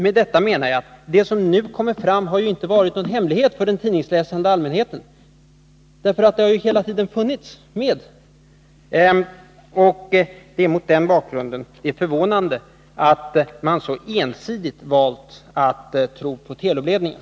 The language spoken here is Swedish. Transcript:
Med detta menar jag: Det som nu kommit fram har ju inte varit någon hemlighet för den tidningsläsande allmänheten — det har hela tiden funnits med. Det är mot den bakgrunden som det är förvånande att handelsministern så ensidigt valt att tro på Telubledningen.